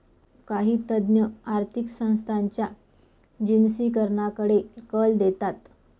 काही तज्ञ आर्थिक संस्थांच्या जिनसीकरणाकडे कल देतात